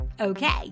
Okay